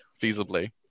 Feasibly